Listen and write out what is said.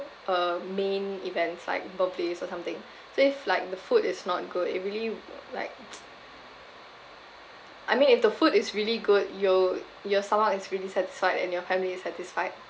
uh main events like birthdays or something so if like the food is not good it really uh like I mean if the food is really good you your stomach is really satisfied and your family is satisfied